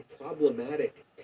problematic